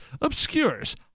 obscures